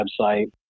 website